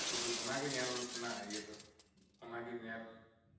ᱥᱩᱫᱩ ᱚᱱᱟ ᱜᱮ ᱧᱮᱞ ᱨᱮᱱᱟᱜ ᱤᱭᱟᱹ ᱫᱚ ᱚᱱᱟᱜᱮ ᱧᱮᱞ